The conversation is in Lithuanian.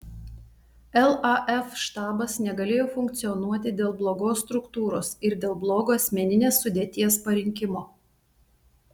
laf štabas negalėjo funkcionuoti dėl blogos struktūros ir dėl blogo asmeninės sudėties parinkimo